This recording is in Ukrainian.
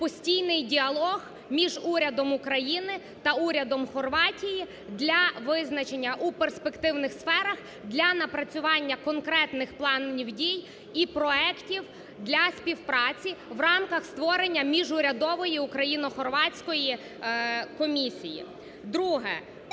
постійний діалог між урядом України та урядом Хорватії для визначення у перспективних сферах для напрацювання конкретних планів дій і проектів для співпраці в рамках створення міжурядової українсько-хорватської комісії. Друге,